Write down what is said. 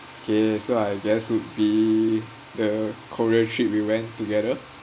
K so I guess would be the korea trip we went together